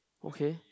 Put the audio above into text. okay